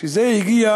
והוא הגיע